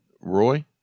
Roy